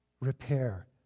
repair